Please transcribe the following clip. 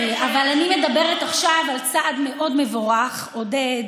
אבל אני מדברת עכשיו על צעד מאוד מבורך עודד,